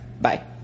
Bye